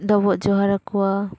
ᱰᱚᱵᱚᱜ ᱡᱚᱦᱟᱨ ᱟᱠᱚᱣᱟ ᱸ